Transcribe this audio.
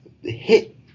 hit